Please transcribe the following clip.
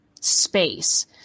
space